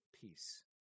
peace